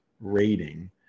rating